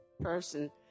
person